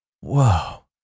whoa